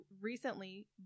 recently